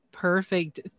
Perfect